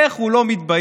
איך הוא לא מתבייש?